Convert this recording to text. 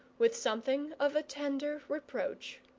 with something of a tender reproach.